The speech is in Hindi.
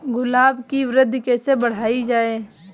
गुलाब की वृद्धि कैसे बढ़ाई जाए?